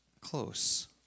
Close